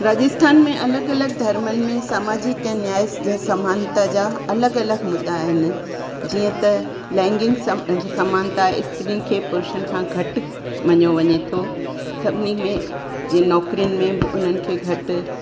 राजस्थान में अलॻि अलॻि धर्मनि में समाजिक ऐं न्याय जे समांत जा अलॻि अलॻि मुद्दा आहिनि जीअं त लैंगिंग सम समानता इस्त्रिनि खे पुरुषनि खां घटि मञियो वञे थो सभिनी में जीअं नौकिरियुनि में बि उन्हनि खे घटि